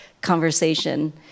conversation